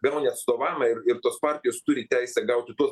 gauni atstovavimą ir ir tos partijos turi teisę gauti tuos